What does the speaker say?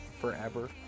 forever